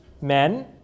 men